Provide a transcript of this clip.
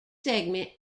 segment